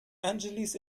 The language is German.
angeles